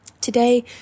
today